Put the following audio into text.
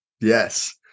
Yes